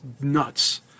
nuts